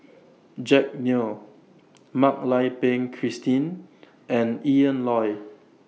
Jack Neo Mak Lai Peng Christine and Ian Loy